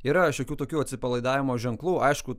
yra šiokių tokių atsipalaidavimo ženklų aišku